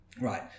Right